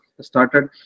started